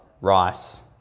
rice